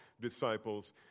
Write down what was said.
disciples